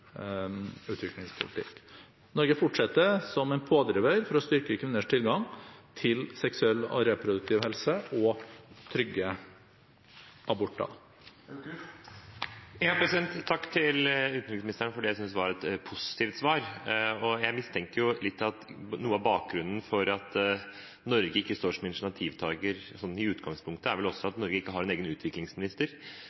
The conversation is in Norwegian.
fortsetter som en pådriver for å styrke kvinners tilgang til seksuell og reproduktiv helse og trygge aborter. Takk til utenriksministeren for det jeg syns var et positivt svar. Jeg mistenkte litt at noe av bakgrunnen for at Norge ikke står som initiativtager sånn i utgangspunktet, er